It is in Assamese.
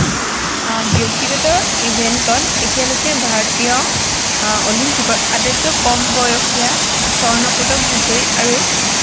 ব্যক্তিগত ইভেণ্টত এতিয়ালৈকে ভাৰতীয় অলিম্পিকত আটাইতকৈ কম বয়সীয়া স্বৰ্ণপদক বিজয়ী আৰু